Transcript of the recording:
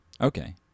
Okay